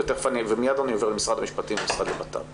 ומיד אני עובר למשרד המשפטים ולמשרד לביטחון פנים,